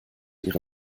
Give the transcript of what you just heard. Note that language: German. ihre